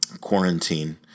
Quarantine